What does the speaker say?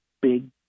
big